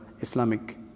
islamic